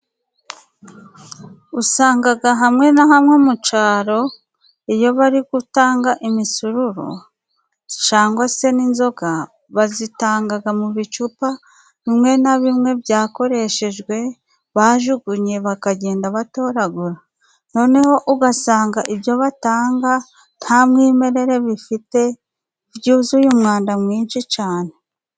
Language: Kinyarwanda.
Usanga hamwe na hamwe mu cyaro iyo bari kutanga imisururu cyangwa se n'inzoga, bazitanga mu bicupa bimwe na bimwe byakoreshejwe, bajugunye, bakagenda batoragura. Noneho ugasanga ibyo batanga nta mwimerere bifite byuzuye umwanda mwinshi cyane.